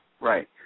right